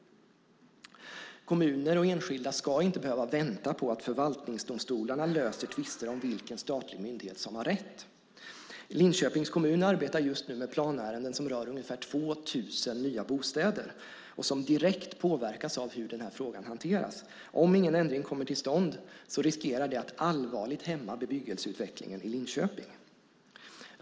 Kommuner och enskilda ska inte behöva vänta på att förvaltningsdomstolarna löser tvister om vilken statlig myndighet som har rätt. Linköpings kommun arbetar just nu med planärenden som rör ungefär 2 000 nya bostäder och som direkt påverkas av hur den här frågan hanteras. Om ingen ändring kommer till stånd riskerar det att allvarligt hämma bebyggelseutvecklingen i Linköping.